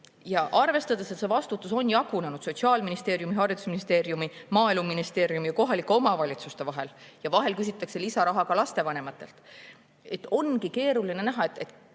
Ja arvestades, et see vastutus on jagunenud Sotsiaalministeeriumi, haridusministeeriumi, Maaeluministeeriumi ja kohalike omavalitsuste vahel ja vahel küsitakse lisaraha ka lastevanematelt, ongi keeruline öelda, kes